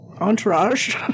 entourage